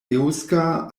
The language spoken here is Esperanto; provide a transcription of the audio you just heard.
eŭska